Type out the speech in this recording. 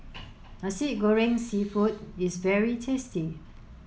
Nasi Goreng Seafood is very tasty